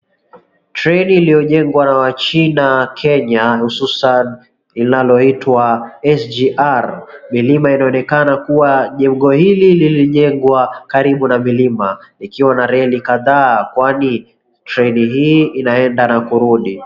Treni iliyojengwa na wachina Kenya hususan linaloitwa S.G.R. Milima inaonekana kuwa jengo hili lilijengwa karibu na milima ikiwa na reli kadhaa, kwani treni hii inaenda na kurudi.